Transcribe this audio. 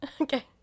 Okay